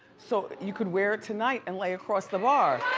so you could wear it tonight and lay across the bar.